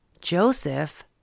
Joseph